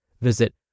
Visit